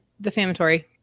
defamatory